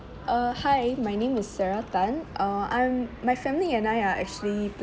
uh hi my name is sarah tan uh I'm my family and I are actually